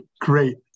great